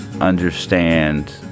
understand